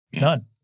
None